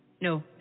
No